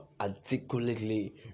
articulately